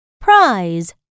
Prize